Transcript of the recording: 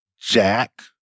Jack